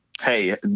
Hey